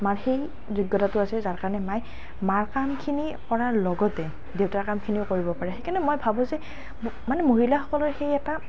মাৰ সেই যোগ্যতাটো আছে যাৰ কাৰণে মায়ে মাৰ কামখিনি কৰাৰ লগতে দেউতাৰ কামখিনিও কৰিব পাৰে সেইকাৰণে মই ভাবোঁ যে ম মানে মহিলাসকলৰ সেই এটা